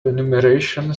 renumeration